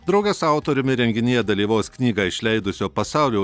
drauge su autoriumi renginyje dalyvaus knygą išleidusio pasaulio